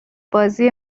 بازی